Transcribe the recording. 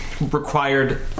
required